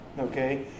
okay